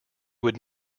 would